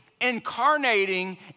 incarnating